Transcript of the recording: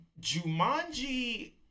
Jumanji